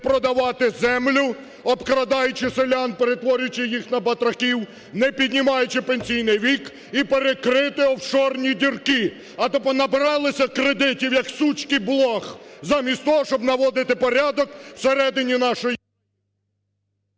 продавати землю, обкрадаючи селян, перетворюючи їх на батраків, не піднімаючи пенсійний вік і перекрити "офшорні дірки". А то понабиралися кредитів "як сучки блох" замість того, щоб наводити порядок всередині нашої…